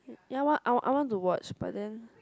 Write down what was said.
ya what I I want to watch but then